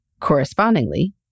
correspondingly